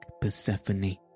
Persephone